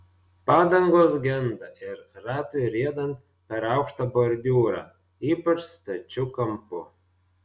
padangos genda ir ratui riedant per aukštą bordiūrą ypač stačiu kampu